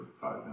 five